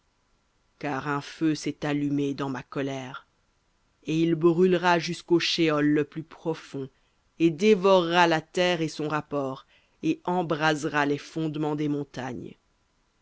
car un feu s'est allumé dans ma colère et il brûlera jusqu'au shéol le plus profond et dévorera la terre et son rapport et embrasera les fondements des montagnes